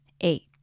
eight